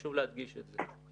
חשוב להדגיש את זה.